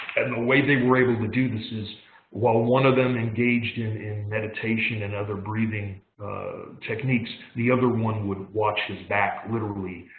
and the way they were able to do this is while one of them engaged in in meditation and other breathing techniques, the other one would watch his back, literally,